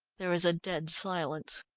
there was a dead silence.